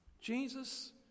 Jesus